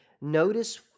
notice